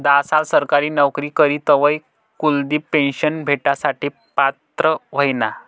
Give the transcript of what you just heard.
धा साल सरकारी नवकरी करी तवय कुलदिप पेन्शन भेटासाठे पात्र व्हयना